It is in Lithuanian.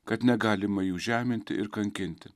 kad negalima jų žeminti ir kankinti